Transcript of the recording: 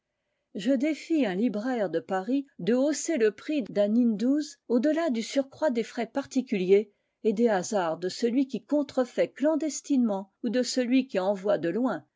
je défie un libraire de paris de hausser le prix d'un in douze au delà du surcroît des frais particuliers et des hasards de celui qui contrefait clandestinement ou de celui qui envoie de loin